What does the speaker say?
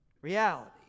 Reality